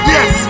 Yes